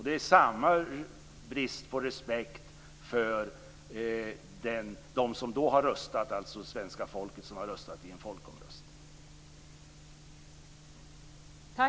Det är samma brist på respekt för dem som då har röstat, alltså det svenska folket som har röstat i en folkomröstning.